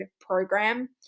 program